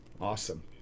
Awesome